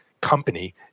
company